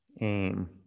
aim